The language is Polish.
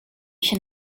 się